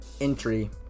entry